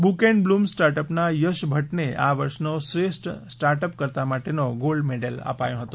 book and blooms સ્ટાર્ટઅપના યશ ભદને આ વર્ષનો શ્રેષ્ઠ સ્ટાર્ટઅપ કર્તા માટેનો ગોલ્ડ મેડલ અપાયો હતો